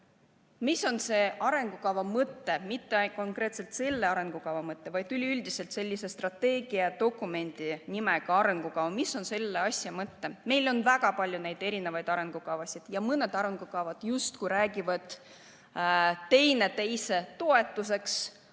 mis on arengukava mõte. Mitte konkreetselt selle arengukava mõte, vaid üleüldiselt sellise strateegiadokumendi nagu arengukava mõte. Meil on väga palju erinevaid arengukavasid ja mõned arengukavad justkui räägivad üksteise toetuseks,